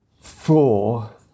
four